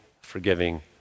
forgiving